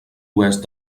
oest